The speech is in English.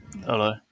Hello